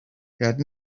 had